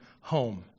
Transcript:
home